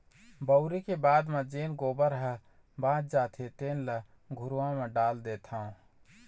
बउरे के बाद म जेन गोबर ह बाच जाथे तेन ल घुरूवा म डाल देथँव